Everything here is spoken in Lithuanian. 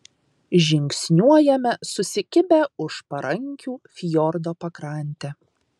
žingsniuojame susikibę už parankių fjordo pakrante